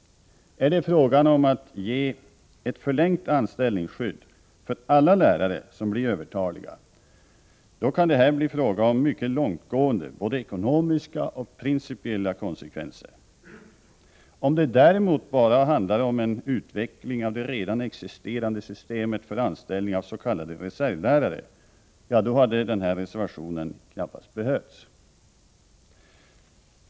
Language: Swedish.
Är det fråga om att ge ett förlängt anställningsskydd för alla lärare som blir övertaliga? Då kan det bli mycket långtgående både ekonomiska och principiella konsekvenser. Om det däremot bara handlar om en utveckling av det redan existerande systemet för anställning av s.k. reservlärare, då hade den här reservationen knappast behövts.